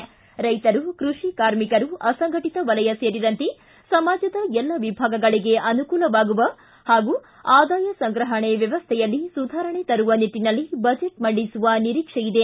ರ್ನೆತರು ಕೃಷಿ ಕಾರ್ಮಿಕರು ಅಸಂಘಟಿತ ವಲಯ ಸೇರಿದಂತೆ ಸಮಾಜದ ಎಲ್ಲ ವಿಭಾಗಗಳಿಗೆ ಅನುಕೂಲವಾಗುವ ಹಾಗೂ ಆದಾಯ ಸಂಗ್ರಹಣೆ ವ್ಯವಸ್ಥೆಯಲ್ಲಿ ಸುಧಾರಣೆ ತರುವ ನಿಟ್ಟನಲ್ಲಿ ಬಜೆಟ್ ಮಂಡಿಸುವ ನಿರೀಕ್ಷೆ ಇದೆ